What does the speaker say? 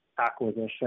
acquisition